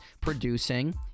producing